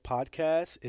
Podcast